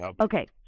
Okay